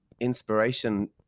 inspiration